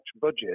budget